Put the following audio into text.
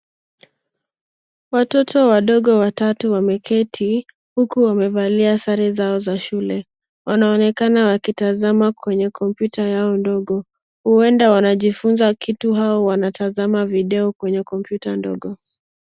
Watoto wadogo watatu wameketi, huku wamevalia sare zao za shule. Wanaonekana wakitazama kwenye kompyuta yao ndogo, huenda wanajifunza kitu au wanatazama video kwenye kompyuta ndogo.